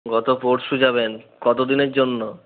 গত পরশু যাবেন কত দিনের জন্য